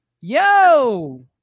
yo